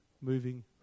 moving